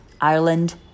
Ireland